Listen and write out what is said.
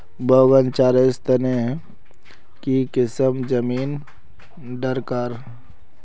बैगन चासेर तने की किसम जमीन डरकर?